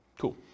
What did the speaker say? Cool